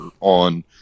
on